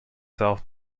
self